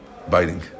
Biting